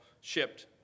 shipped